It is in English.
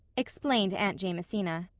explained aunt jamesina.